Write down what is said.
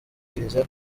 kiliziya